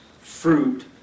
fruit